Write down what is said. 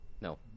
No